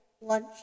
lunch